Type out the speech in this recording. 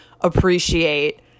appreciate